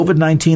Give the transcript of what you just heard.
COVID-19